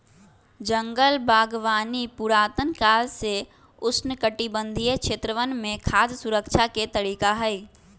जंगल बागवानी पुरातन काल से उष्णकटिबंधीय क्षेत्रवन में खाद्य सुरक्षा के तरीका हई